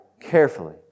carefully